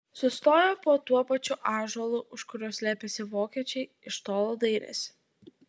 sustojo po tuo pačiu ąžuolu už kurio slėpėsi vokiečiai iš tolo dairėsi